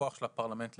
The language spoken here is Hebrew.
הכוח של הפרלמנט לפקח.